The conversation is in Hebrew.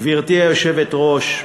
גברתי היושבת-ראש,